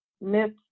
myths